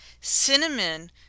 Cinnamon